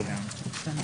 תודה, אדוני.